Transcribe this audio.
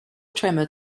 tremor